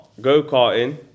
go-karting